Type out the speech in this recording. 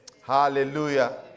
Hallelujah